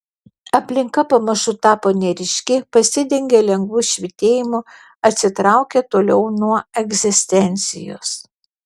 aplinka pamažu tapo neryški pasidengė lengvu švytėjimu atsitraukė toliau nuo egzistencijos